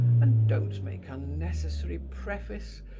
and don't make unnecessary preface,